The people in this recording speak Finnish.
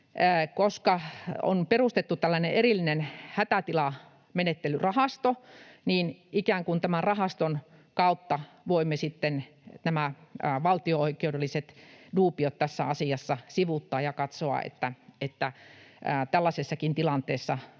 koska on perustettu tällainen erillinen hätätilamenettelyrahasto, niin ikään kuin tämän rahaston kautta voimme sitten nämä valtio-oikeudelliset duubiot tässä asiassa sivuuttaa ja katsoa, että tällaisessakin tilanteessa